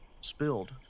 spilled